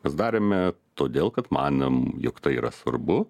mes darėme todėl kad manom jog tai yra svarbu